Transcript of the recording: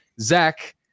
Zach